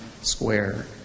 square